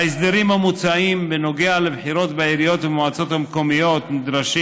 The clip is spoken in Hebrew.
ההסדרים המוצעים בנוגע לבחירות בעיריות ובמועצות המקומיות נדרשים